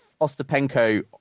Ostapenko